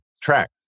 track